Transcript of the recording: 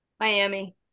Miami